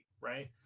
right